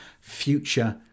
future